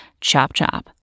Chop-chop